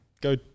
go